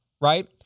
right